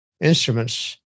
instruments